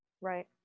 Right